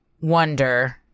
wonder